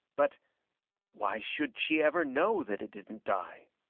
but why should she ever know that it didn't die